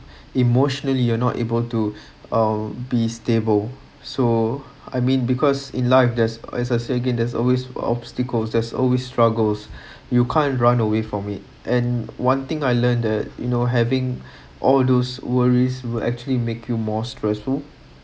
emotionally you're not able to um be stable so I mean because in life there’s as I say again there's always obstacles there’s always struggles you can't run away from it and one thing I learnt that you know having all those worries will actually make you more stressful